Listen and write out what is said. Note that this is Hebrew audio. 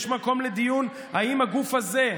יש מקום לדיון אם הגוף הזה,